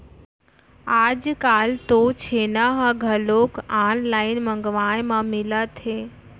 आजकाल तो छेना ह घलोक ऑनलाइन मंगवाए म मिलत हे